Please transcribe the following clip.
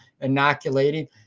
inoculating